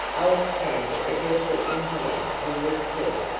old friend of your footman here who was killed.